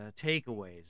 takeaways